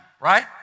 right